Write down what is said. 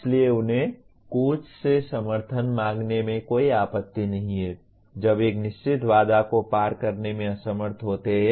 इसलिए उन्हें कोच से समर्थन मांगने में कोई आपत्ति नहीं है जब एक निश्चित बाधा को पार करने में असमर्थ होते हैं